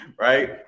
right